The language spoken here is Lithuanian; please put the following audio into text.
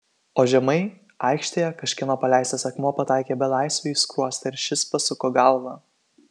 o žemai aikštėje kažkieno paleistas akmuo pataikė belaisviui į skruostą ir šis pasuko galvą